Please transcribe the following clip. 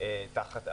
תחת אבטלה.